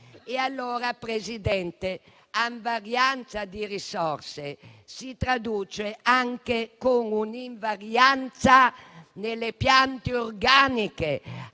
signor Presidente, l'invarianza di risorse si traduce anche in un'invarianza nelle piante organiche,